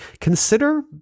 consider